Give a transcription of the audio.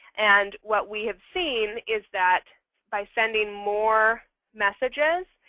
and what we have seen is that by sending more messages,